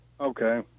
Okay